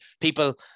people